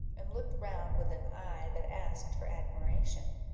and looked round with an eye that asked for admiration.